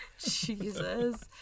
Jesus